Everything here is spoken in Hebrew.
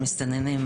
מסתננים,